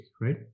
right